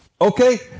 okay